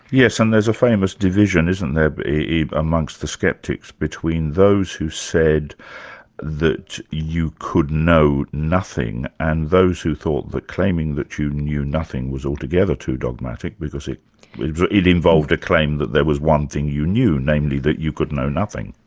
yes, and there's a famous division, isn't there, amongst the sceptics between those who said that you could know nothing, and those who thought that claiming that you knew nothing was altogether too dogmatic because it it involved a claim that there was one thing you knew, namely that you could know nothing.